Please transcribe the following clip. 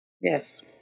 Yes